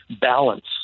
balance